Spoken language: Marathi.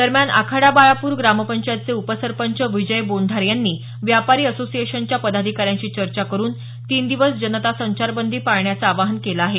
दरम्यान आखाडा बाळापुर ग्रामपंचायतचे उपसरपंच विजय बोंढारे यांनी व्यापारी असोसिएशनच्या पदाधिकाऱ्यांशी चर्चा करून तीन दिवस जनता संचारबंदी पाळण्याचं आवाहन केलं आहे